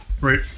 Right